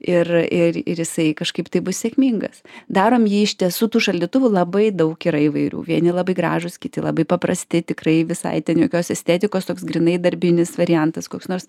ir ir ir jisai kažkaip tai bus sėkmingas darom jį iš tiesų tų šaldytuvų labai daug yra įvairių vieni labai gražūs kiti labai paprasti tikrai visai ten jokios estetikos toks grynai darbinis variantas koks nors